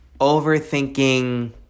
overthinking